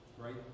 Right